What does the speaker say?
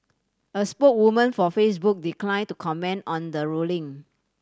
a spoke woman for Facebook decline to comment on the ruling